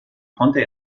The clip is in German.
konnte